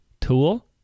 tool